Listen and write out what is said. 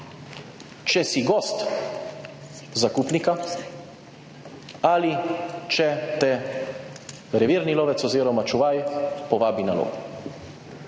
če si gost zakupnika, ali če te revirni lovec oziroma čuvaj povabi na lov.